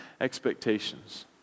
expectations